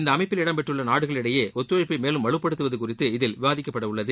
இந்த அமைப்பில் இடம் பெற்றுள்ள நாடுகள் இடையே ஒத்துழைப்பனப மேலும் வலுப்படுத்துவது குறித்து இதில் விவாதிக்கப்பட உள்ளது